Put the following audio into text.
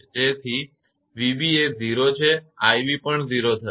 તેથી 𝑣𝑏 એ 0 છે 𝑖𝑏 પણ 0 થશે